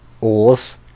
Oars